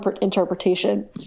interpretation